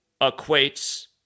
equates